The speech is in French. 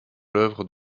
l’œuvre